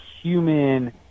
human